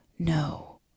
No